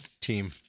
team